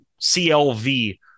CLV